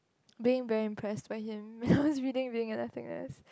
being very impressed by him when I was reading Being in Nothingness